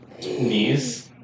knees